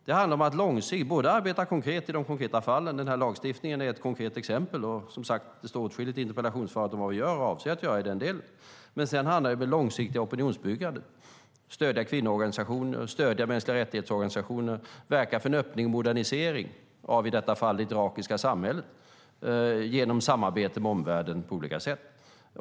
Det handlar om att arbeta konkret i de konkreta fallen. Lagstiftningen är ett konkret exempel, och, som sagt, det står åtskilligt i interpellationssvaret om vad vi gör och vad vi avser att göra i den delen. Men sedan handlar det om ett långsiktigt opinionsbyggande, om att stödja kvinnoorganisationer, människorättsorganisationer samt verka för en öppning och modernisering av det irakiska samhället genom samarbete med omvärlden på olika sätt.